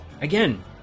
again